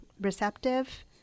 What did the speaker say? receptive